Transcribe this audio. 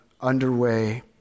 underway